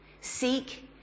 Seek